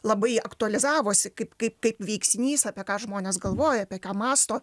labai aktualizavosi kaip kaip kaip veiksnys apie ką žmonės galvoja apie ką mąsto